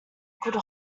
could